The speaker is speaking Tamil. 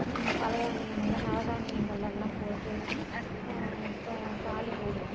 பல தானியம் எல்லாம் நவ தானியங்களெல்லாம் போ சேர்த்தி இப்போ பாளி போடுவோம்